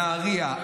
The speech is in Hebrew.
נהריה,